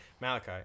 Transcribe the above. Malachi